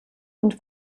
und